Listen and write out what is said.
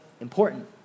important